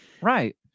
Right